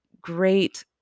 great